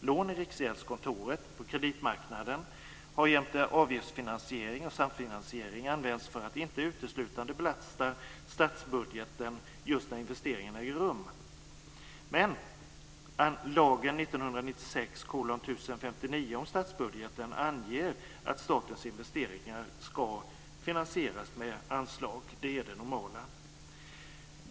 Lån i Riksgäldskontoret och på kreditmarknaden har jämte avgiftsfinansiering och samfinansiering använts för att inte uteslutande belasta statsbudgeten just när investeringen äger rum. Men lagen 1996:1059 om statsbudgeten anger att statens investeringar ska finansieras med anslag. Det är det normala.